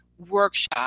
Workshop